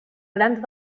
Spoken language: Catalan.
gran